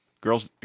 Girls